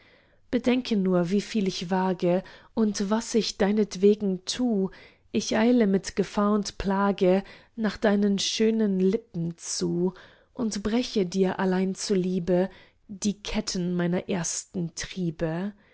bedenke nur wieviel ich wage und was ich deinetwegen tu ich eile mit gefahr und plage nach deinen schönen lippen zu und breche dir allein zuliebe die ketten meiner ersten triebe